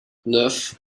neuf